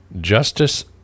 Justice